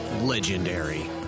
legendary